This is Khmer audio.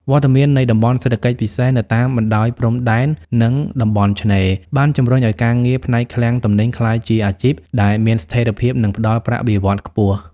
វត្តមាននៃតំបន់សេដ្ឋកិច្ចពិសេស នៅតាមបណ្ដោយព្រំដែន និងតំបន់ឆ្នេរ បានជំរុញឱ្យការងារផ្នែកឃ្លាំងទំនិញក្លាយជាអាជីពដែលមានស្ថិរភាព និងផ្ដល់ប្រាក់បៀវត្សរ៍ខ្ពស់។